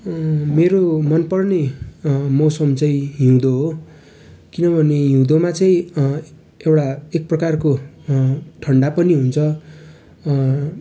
मेरो मनपर्ने मौसम चाहिँ हिउँदो हो किनभने हिउँदोमा चाहिँ एउटा एक प्रकारको ठन्डा पनि हुन्छ